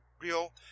real